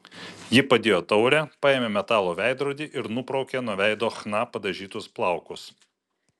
ji padėjo taurę paėmė metalo veidrodį ir nubraukė nuo veido chna padažytus plaukus